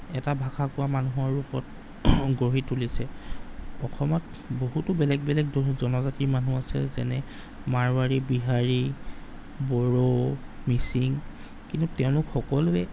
এটা ভাষা কোৱা মানুহৰ ৰূপত গঢ়ি তুলিছে অসমত বহুতো বেলেগ বেলেগ দ জনজাতি মানুহ আছে যেনে মাৰোৱাৰী বিহাৰী বড়ো মিচিং কিন্তু তেওঁলোক সকলোৱে